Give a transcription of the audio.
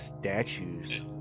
statues